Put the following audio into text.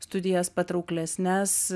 studijas patrauklesnes